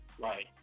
Right